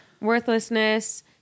Worthlessness